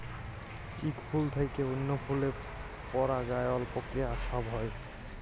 ইক ফুল থ্যাইকে অল্য ফুলে পরাগায়ল পক্রিয়া ছব হ্যয়